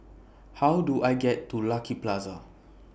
How Do I get to Lucky Plaza